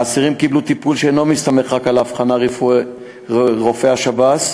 האסירים קיבלו טיפול שאינו מסתמך רק על האבחנה של רופא השב"ס,